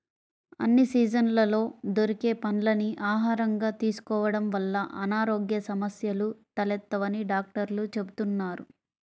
అన్ని సీజన్లలో దొరికే పండ్లని ఆహారంగా తీసుకోడం వల్ల అనారోగ్య సమస్యలు తలెత్తవని డాక్టర్లు చెబుతున్నారు